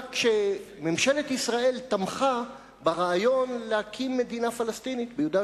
כשממשלת ישראל תמכה ברעיון להקים מדינה פלסטינית ביהודה,